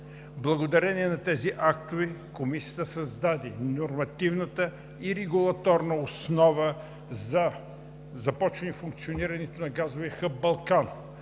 Благодарение на тези актове Комисията създаде нормативната и регулаторната основа за започване функционирането на газовия хъб „Балкан“,